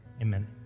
Amen